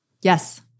Yes